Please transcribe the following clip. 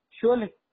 Surely